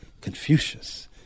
Confucius